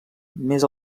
més